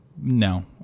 no